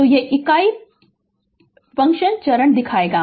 तो यह प्लॉट इकाई चरण फ़ंक्शन दिखाएगा